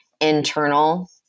internal